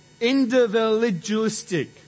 Individualistic